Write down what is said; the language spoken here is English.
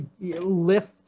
lift